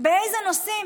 באילו נושאים,